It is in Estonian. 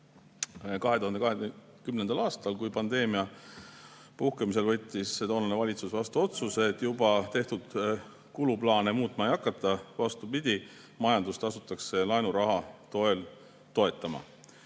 2020. aastal, kui pandeemia puhkemisel võttis toonane valitsus vastu otsuse, et juba tehtud kuluplaane muutma ei hakata, vastupidi, majandust asutakse laenuraha toel toetama.